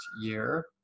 year